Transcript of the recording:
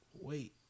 wait